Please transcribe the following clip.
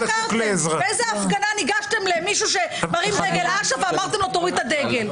באיזו הפגנה ניגשתם למישהו שמניף דגל אש"ף ואמרתם לו להוריד את הדגל.